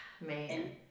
Man